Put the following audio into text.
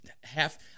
half